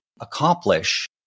accomplish